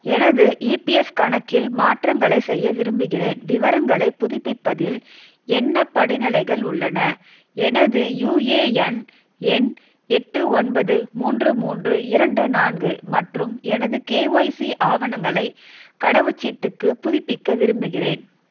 எனது இபிஎஃப் கணக்கில் மாற்றங்களைச் செய்ய விரும்புகிறேன் விவரங்களை புதுப்பிப்பதில் என்ன படிநிலைகள் உள்ளன எனது யுஏஎன் எண் எட்டு ஒன்பது மூன்று மூன்று இரண்டு நான்கு மற்றும் எனது கேஒய்சி ஆவணங்களை கடவுச்சீட்டுக்கு புதுப்பிக்க விரும்புகிறேன்